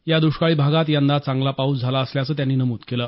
या द्ष्काळी भागात यंदा चांगला पाऊस झाला असल्याचं त्यांनी नमूद केलं